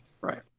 Right